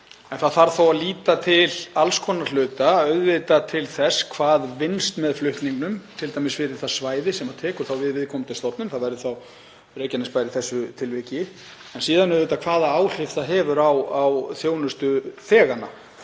En það þarf þá að líta til alls konar hluta og auðvitað til þess hvað vinnst með flutningnum, t.d. fyrir það svæði sem tekur við viðkomandi stofnun. Það væri þá Reykjanesbær í þessu tilviki. Síðan auðvitað hvaða áhrif það hefur á þjónustuþegana,